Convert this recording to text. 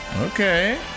Okay